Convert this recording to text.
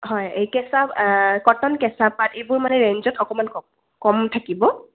হয় এই কেঁচা কটন কেঁচা পাট এইবোৰ মানে ৰেঞ্জত অকণমান কম কম থাকিব